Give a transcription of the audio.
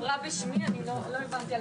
הישיבה ננעלה בשעה